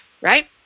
right